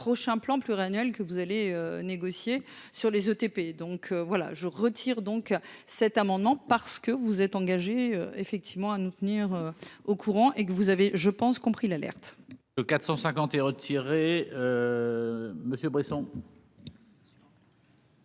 plan pluriannuel que vous allez négocier sur les ETP, donc voilà, je retire donc cet amendement parce que vous vous êtes engagé effectivement à nous tenir au courant et que vous avez je pense compris l'alerte. Le quatre cent cinquante est retiré Monsieur Besson.